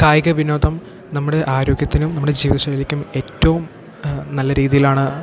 കായിക വിനോദം നമ്മുടെ ആരോഗ്യത്തിനും നമ്മുടെ ജീവിത ശൈലിക്കും ഏറ്റവും നല്ല രീതിയിലാണ്